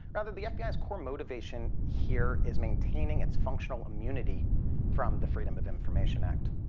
rather, the fbi's core motivation here is maintaining its functional immunity from the freedom of information act.